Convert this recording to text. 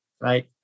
right